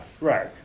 Right